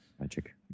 Magic